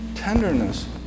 tenderness